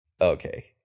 okay